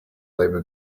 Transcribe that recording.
labour